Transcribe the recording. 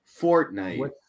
Fortnite